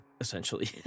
essentially